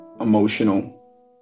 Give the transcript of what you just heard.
emotional